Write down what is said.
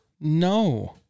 No